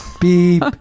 Beep